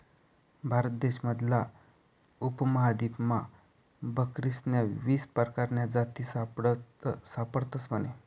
भारत देश मधला उपमहादीपमा बकरीस्न्या वीस परकारन्या जाती सापडतस म्हने